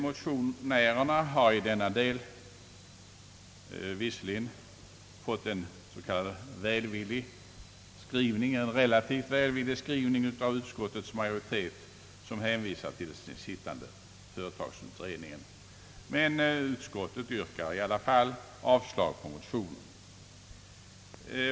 Motionärerna har i denna del visserligen fått en s.k. välvillig skrivning av utskottets majoritet, som hänvisar till den pågående företagsskatteutredningen, men utskottet yrkar i alla fall avslag på motionen.